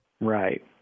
Right